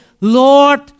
Lord